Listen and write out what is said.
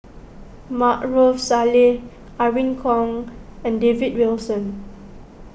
Maarof Salleh Irene Khong and David Wilson